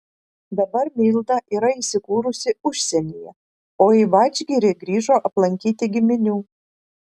dabar milda yra įsikūrusi užsienyje o į vadžgirį grįžo aplankyti giminių